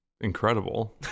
incredible